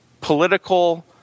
political